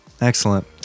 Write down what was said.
Excellent